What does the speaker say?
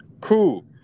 Cool